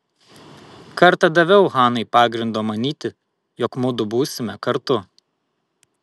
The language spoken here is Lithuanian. kartą daviau hanai pagrindo manyti jog mudu būsime kartu